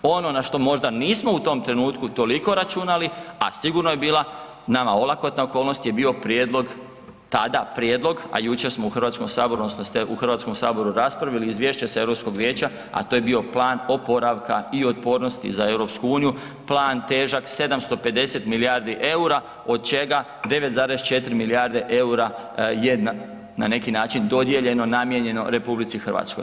Ono na što možda nismo u tom trenutku toliko računali, a sigurno je bila nama olakotna okolnost je bio prijedlog, tada prijedlog, a jučer smo u Hrvatskom saboru odnosno ste u Hrvatskom saboru raspravili izvješće s Europskog vijeća, a to je bio plan oporavka i otpornosti za EU, plan težak 750 milijardi EUR-a od čega 9,4 milijarde EUR-a je na neki način dodijeljeno, namijenjeno RH.